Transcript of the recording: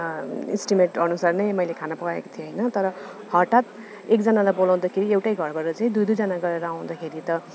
estimate अनुसार नै मैले खाना पकाएको थिएँ होइन तर हठात् एकजनालाई बोलाउँदाखेरि एउटा घरबाट चाहिँ दु दुइजना गरेर आउँदाखेरि त